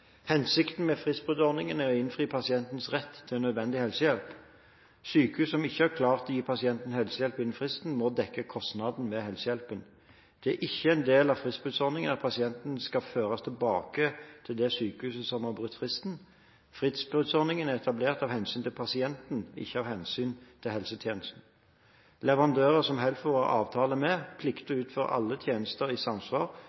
Hensikten med fristbruddordningen er å innfri pasientens rett til nødvendig helsehjelp. Sykehus som ikke har klart å gi pasienten helsehjelp innen fristen, må dekke kostnadene ved helsehjelpen. Det er ikke en del av fristbruddordningen at pasienter skal føres tilbake til det sykehuset som har brutt fristen. Fristbruddordningen er etablert av hensyn til pasienten – ikke av hensyn til helsetjenesten. Leverandører som HELFO har avtale med, plikter å utføre alle tjenester i samsvar